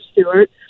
Stewart